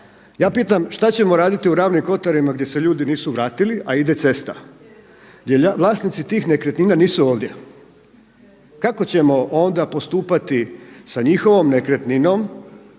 Ja pitam, šta ćemo raditi u Ravnim Kotarima gdje se ljudi nisu vratili a ide cesta gdje vlasnici nekretnina nisu ovdje. Kako ćemo onda postupati sa njihovom nekretninom,